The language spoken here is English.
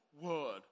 word